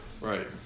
Right